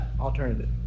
alternative